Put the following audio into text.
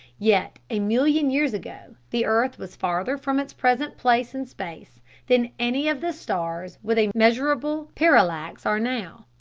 yet a million years ago the earth was farther from its present place in space than any of the stars with a measurable parallax are now.